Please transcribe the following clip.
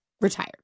retired